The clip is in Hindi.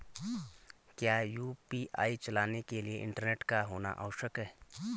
क्या यु.पी.आई चलाने के लिए इंटरनेट का होना आवश्यक है?